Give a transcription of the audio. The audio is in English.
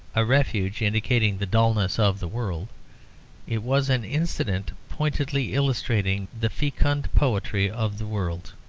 a refuge indicating the dulness of the world it was an incident pointedly illustrating the fecund poetry of the world.